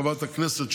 חברת הכנסת,